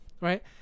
right